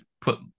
put